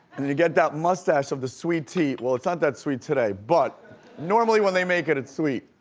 then you get that mustache of the sweet tea, well it's not that sweet today, but normally when they make it, it's sweet.